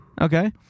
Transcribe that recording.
okay